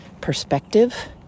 perspective